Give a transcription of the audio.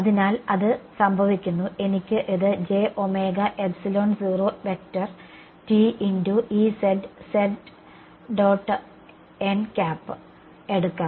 അതിനാൽ അത് സംഭവിക്കുന്നു എനിക്ക് ഇത് എടുക്കാം